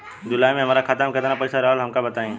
जुलाई में हमरा खाता में केतना पईसा रहल हमका बताई?